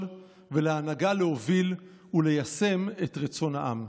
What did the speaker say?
ולהנהגה להוביל וליישם את 'רצון העם'.